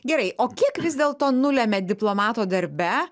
gerai o kiek vis dėlto nulemia diplomato darbe